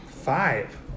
five